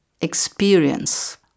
experience